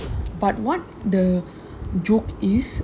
but what the job is